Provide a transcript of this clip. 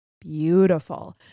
beautiful